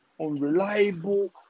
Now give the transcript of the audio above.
unreliable